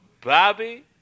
Bobby